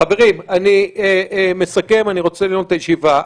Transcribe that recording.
חברים, אני מסכם, אני רוצה לנעול את הישיבה.